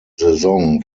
saison